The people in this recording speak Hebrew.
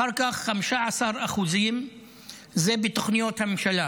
אחר כך 15% זה בתוכניות הממשלה,